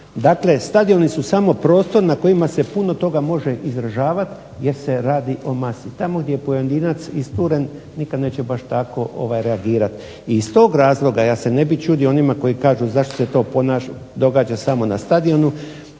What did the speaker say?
Dakle, stadioni su samo prostor na kojima se puno toga može izražavati jer se radi o masi. Tamo gdje je pojedinac isturen nikad neće baš tako reagirati. Iz tog razloga ja se ne bih čudio onima koji kažu, zašto se to događa samo na nogometnim